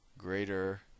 greater